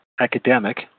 Academic